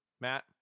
Matt